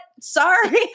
sorry